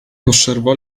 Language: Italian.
osservò